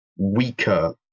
weaker